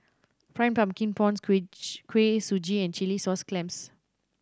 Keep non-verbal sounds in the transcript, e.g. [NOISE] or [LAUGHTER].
Fried Pumpkin Prawns [UNINTELLIGIBLE] Kuih Suji and chilli sauce clams